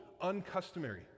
uncustomary